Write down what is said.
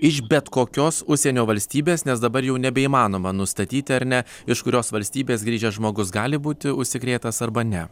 iš bet kokios užsienio valstybės nes dabar jau nebeįmanoma nustatyti ar ne iš kurios valstybės grįžęs žmogus gali būti užsikrėtęs arba ne